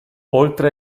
oltre